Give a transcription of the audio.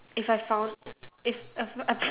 if I found if